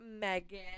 Megan